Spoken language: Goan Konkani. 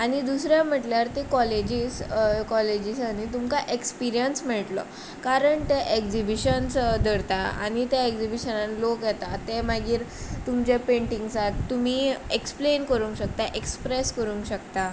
आनी दुसरें म्हटल्यार ती कॉलेजीस कॉलेजीसानी तुमकां एक्सपीरियन्स मेळटलो कारण ते एगजीबीशन्स धरता आनी त्या एगजीबीशनानी लोक येता ते मागीर तुमच्या पेंटींगसाक तुमी एक्सप्लेन करूंक शकता एक्सप्रेस करूंक शकता